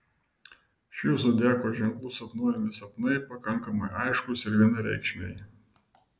šių zodiako ženklų sapnuojami sapnai pakankamai aiškūs ir vienareikšmiai